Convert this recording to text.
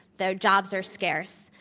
the jobs are scarce,